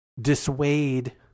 dissuade